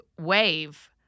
wave